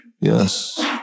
yes